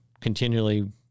continually